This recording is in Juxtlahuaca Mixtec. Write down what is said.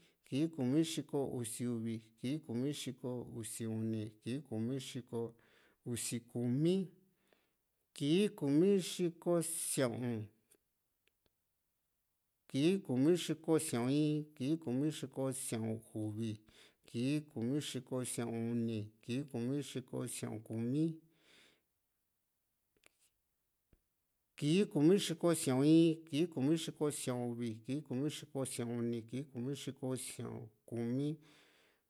kii kumi xiko usi uvi, kii kumi xiko usi uni, kii kumi xiko usi kumi, kii kumi xiko sia´un, kii kumi xiko sia´un in, kii kumi xiko sia´un uvi, kii kumi xiko sia´un uni, kii kumi xiko sia´un kumi, kii kumi xiko sia´un in, kii kumi xiko sia´un uvi, kii kumi xiko sia´un uni, kii kumi xiko sia´un kumi